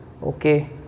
okay